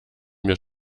mir